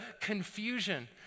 confusion